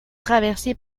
traversée